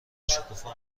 شکوفا